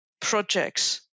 projects